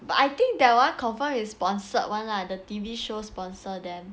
but I think that one confirm is sponsored [one] lah the T_V shows sponsor them